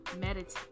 meditate